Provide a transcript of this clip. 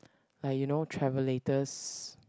like you know travellators